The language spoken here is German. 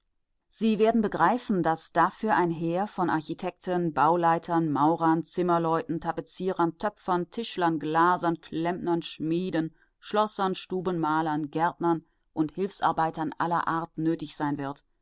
sie werden begreifen daß dafür ein heer von architekten bauleitern maurern zimmerleuten tapezierern töpfern tischlern glasern klempnern schmieden schlossern stubenmalern gärtnern und hilfsarbeitern aller art nötig sein wird